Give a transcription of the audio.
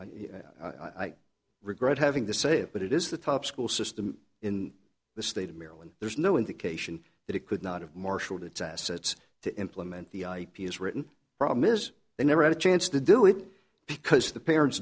i regret having to say it but it is the top school system in the state of maryland there's no indication that it could not have marshaled its assets to implement the ip as written problem is they never had a chance to do it because the parents